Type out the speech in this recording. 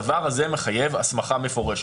הדבר הזה מחייב הסמכה מפורשת.